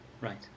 Right